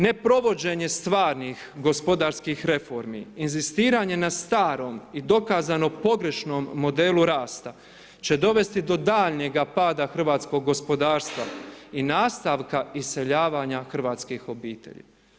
Ne provođenje stvarnih gospodarskih reformi, inzistiranje na starom i dokazano pogrešnom modelu rasta će dovesti do daljnjeg pada hrvatskog gospodarstva i nastavka iseljavanja hrvatskih obitelji.